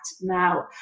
now